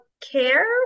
care